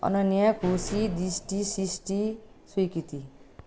अनन्या खुसी दृष्टि सृष्टि स्वीकृति